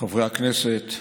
חברי הכנסת,